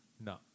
no